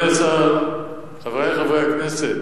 השר, חברי חברי הכנסת,